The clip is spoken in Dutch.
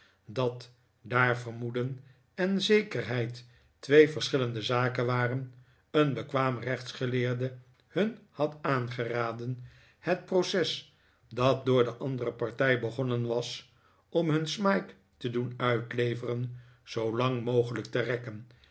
dat daar vermoeden en zekefheid twee verschillende zaken waren een bekwaam rechtsgeleerde hun had aangeraden het proces dat door de andere partij begonnen was om hun smike te doen uitleveren zoolang mogelijk te rekken